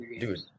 dude